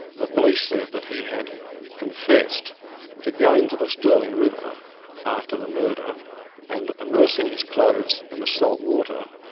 the police said that he had confessed to going to the stirling river after the murder and immersing his clothes in the salt water,